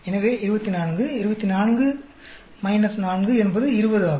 எனவே 24 24 4 என்பது 20 ஆகும்